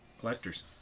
Collectors